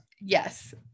yes